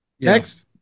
Next